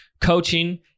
coaching